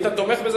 אם אתה תומך בזה,